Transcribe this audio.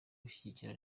gushyigikira